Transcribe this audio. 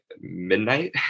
midnight